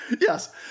Yes